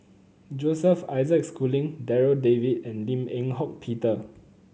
Joseph Isaac Schooling Darryl David and Lim Eng Hock Peter